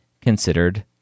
considered